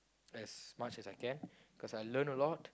as much as I can because I learn a lot